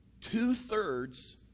Two-thirds